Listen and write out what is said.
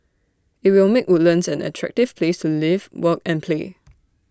IT will make Woodlands an attractive place to live work and play